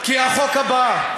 כי החוק הבא,